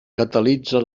catalitza